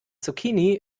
zucchini